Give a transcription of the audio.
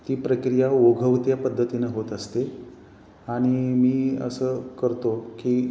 ती प्रक्रिया ओघवत्या पद्धतीनं होत असते आणि मी असं करतो की